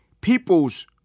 people's